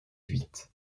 huit